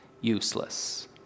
useless